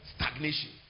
Stagnation